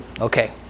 Okay